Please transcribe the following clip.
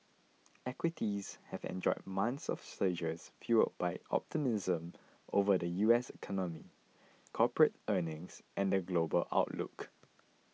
equities have enjoyed months of surges fuelled by optimism over the U S economy corporate earnings and the global outlook